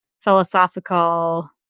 philosophical